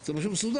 זה משהו מסודר.